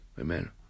amen